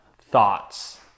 thoughts